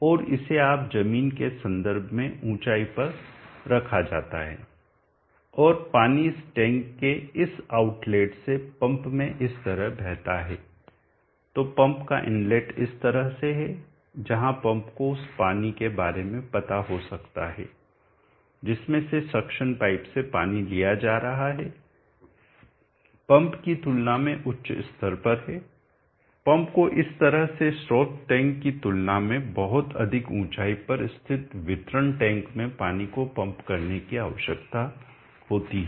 और इसे आम जमीन के संदर्भ में ऊंचाई पर रखा जाता है और पानी इस टैंक के इस आउटलेट से पंप में इस तरह बहता है तो पंप का इनलेट इस तरह से है जहां पंप को उस पानी के बारे में पता हो सकता है जिसमें से सक्शन पाइप से पानी लिया जा रहा हैपंप की तुलना में उच्च स्तर पर है पंप को इस तरह से स्रोत टैंक की तुलना में बहुत अधिक ऊंचाई पर स्थित वितरण टैंक में पानी को पंप करने की आवश्यकता होती है